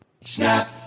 Snap